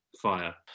fire